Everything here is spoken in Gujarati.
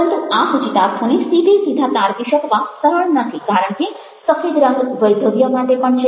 પરંતુ આ સૂચિતાર્થોને સીધેસીધા તારવી શકવા સરળ નથી કારણ કે સફેદ રંગ વૈધવ્ય માટે પણ છે